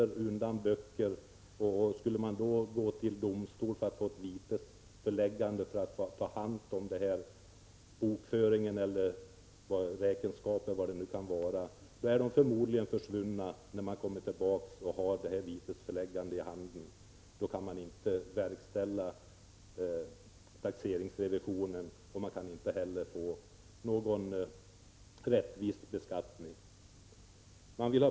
Om taxeringsmyndigheterna först måste vända sig till domstol, som fattar beslut om vitesföreläggande, för att få personen i fråga att ta fram räkenskapsböckerna, då har de förmodligen försvunnit när vitesföreläggandet överlämnas. Då går det inte att verkställa taxeringsrevisionen och inte heller att få till stånd en rättvis beskattning.